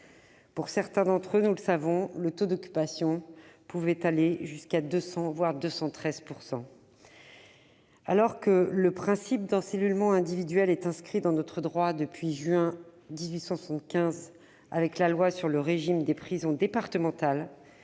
Pour certains d'entre eux, le taux d'occupation pouvait aller jusqu'à 200 %, voire 213 %. Alors que le principe d'encellulement individuel est inscrit dans notre droit depuis la loi de juin 1875 sur le régime des prisons départementales,